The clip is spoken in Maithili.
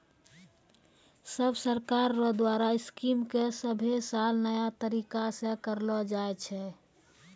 सब सरकार रो द्वारा स्कीम के सभे साल नया तरीकासे करलो जाए छै